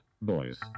boys